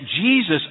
Jesus